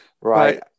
Right